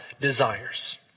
desires